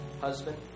husband